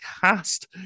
cast